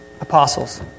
apostles